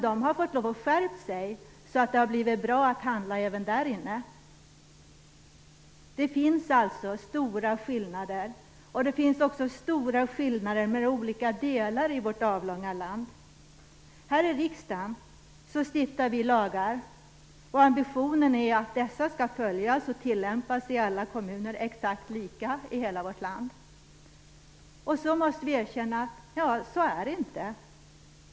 De har fått lov att skärpa sig så att det har blivit bra att handla även där. Det finns alltså stora skillnader, och det finns också stora skillnader mellan olika delar av vårt avlånga land. Här i riksdagen stiftar vi lagar, och ambitionen är att dessa skall följas och tillämpas exakt lika i alla kommuner i hela vårt land. Dock måste vi erkänna att så är det inte.